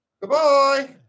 Goodbye